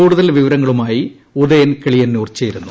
കൂടുതൽ വിവരങ്ങളുമായി ഉദയൻ കിളിയന്നൂർ ചേരുന്നു